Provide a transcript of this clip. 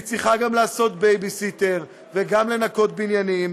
היא צריכה גם לעשות בייביסיטר, וגם לנקות בניינים,